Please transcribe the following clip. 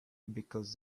because